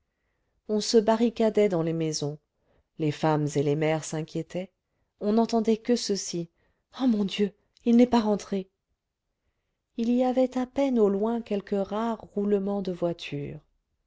on se barricadait dans les maisons les femmes et les mères s'inquiétaient on n'entendait que ceci ah mon dieu il n'est pas rentré il y avait à peine au loin quelques rares roulements de voitures